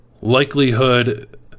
likelihood